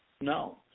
No